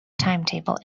timetable